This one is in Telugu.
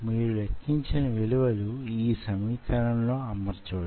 మీరు లెక్కించిన విలువలను యీ సమీకరణం లో అమర్చవచ్చు